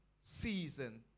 season